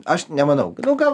aš nemanau nu gal